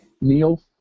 Neil